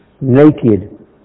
naked